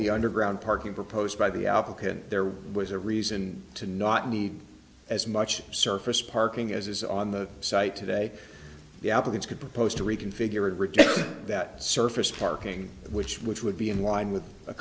the underground parking proposed by the applicant there was a reason to not need as much surface parking as on the site today the applicants could propose to reconfigure and retain that surface parking which which would be in line with a